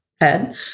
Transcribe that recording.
head